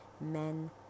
men